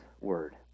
word